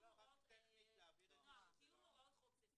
"קיום הוראות חוק זה".